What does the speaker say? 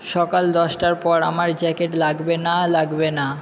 সকাল দশটার পর আমার জ্যাকেট লাগবে না লাগবে না